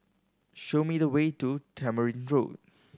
show me the way to Tamarind Road